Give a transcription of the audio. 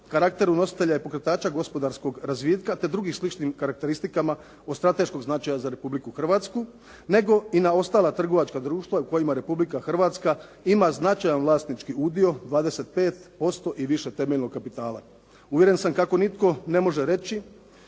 karakteru nositelja i pokretača gospodarskog razvitka te drugih sličnim karakteristikama od strateškog značaja za Republiku Hrvatsku, nego i na ostala trgovačka društva u kojima Republika Hrvatska ima značajan vlasnički udio, 25% i više temeljnog kapitala. Uvjeren sam kako nitko ne može reći